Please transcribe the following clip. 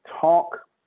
talk